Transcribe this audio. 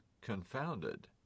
confounded